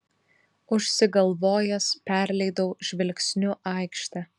užsigalvojęs perleidau žvilgsniu aikštę